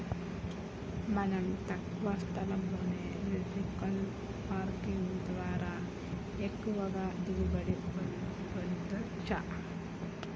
మనం తక్కువ స్థలంలోనే వెర్టికల్ పార్కింగ్ ద్వారా ఎక్కువగా దిగుబడి పొందచ్చు